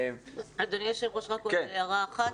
אדוני היושב ראש, הערה אחת.